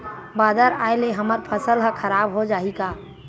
बादर आय ले हमर फसल ह खराब हो जाहि का?